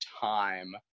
time